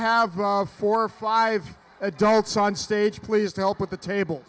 have four or five adults on stage please help with the table